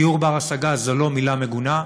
דיור בר-השגה, זו לא מילה מגונה,